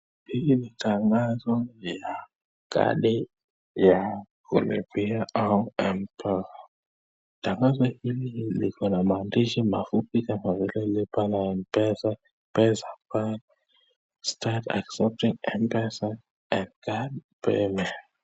Hii ni tangazo ya kadi ya kulipia ama Mpowa. Tangazo hiIi liko na maandishi mafupi kama vili lipa na Mpesa, Pesa Pal Start Accepting Mpesa and card payment .